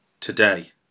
today